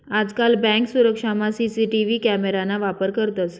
आजकाल बँक सुरक्षामा CCTV camera ना वापर करतंस